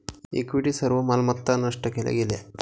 equity सर्व मालमत्ता नष्ट केल्या गेल्या